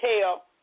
tell